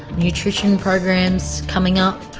nutrition programs coming up.